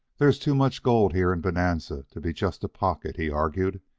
there's too much gold here in bonanza to be just a pocket, he argued.